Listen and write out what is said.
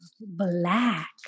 black